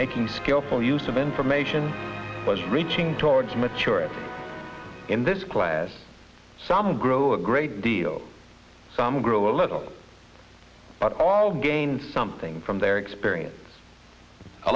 making skillful use of information was reaching towards maturity in this class some grow a great deal some grow a little but all gain something from their experience